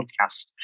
podcast